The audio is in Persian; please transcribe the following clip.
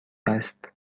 است